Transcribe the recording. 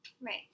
Right